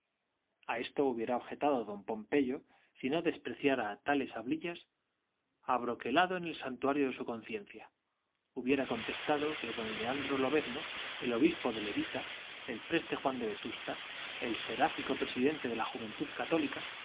a esto hubiera objetado don pompeyo si no despreciara tales hablillas abroquelado en el santuario de su conciencia hubiera contestado que don leandro lobezno el obispo de levita el preste juan de vetusta el seráfico presidente de la juventud católica